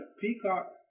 Peacock